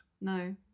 no